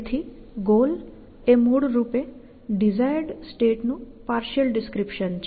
તેથી ગોલ એ મૂળરૂપે ડીઝાયર્ડ સ્ટેટ નું પાર્શિયલ ડિસ્ક્રિપ્શન છે